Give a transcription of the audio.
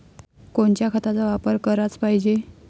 कोनच्या खताचा वापर कराच पायजे?